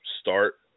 start